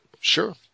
Sure